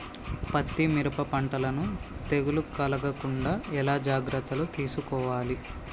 పత్తి మిరప పంటలను తెగులు కలగకుండా ఎలా జాగ్రత్తలు తీసుకోవాలి?